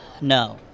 No